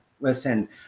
listen